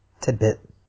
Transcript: tidbit